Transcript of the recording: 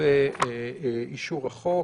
לאישור החוק.